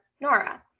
Nora